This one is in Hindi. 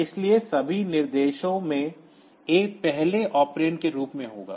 इसलिए सभी निर्देशों में A पहले ऑपरेंड के रूप में होगा